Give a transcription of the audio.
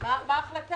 הישיבה